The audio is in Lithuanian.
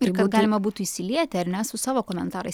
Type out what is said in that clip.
ir kad galima būtų įsilieti ar ne su savo komentarais